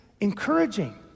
encouraging